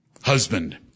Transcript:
husband